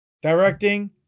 directing